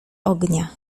ognia